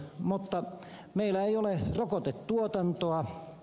mutta meillä ei ole rokotetuotantoa